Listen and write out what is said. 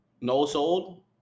no-sold